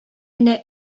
генә